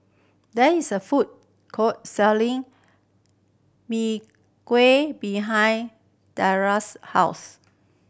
there is a food court selling Mee Kuah behind house